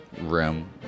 room